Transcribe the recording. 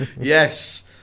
Yes